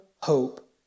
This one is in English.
hope